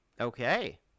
okay